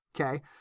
okay